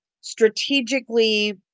strategically